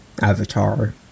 Avatar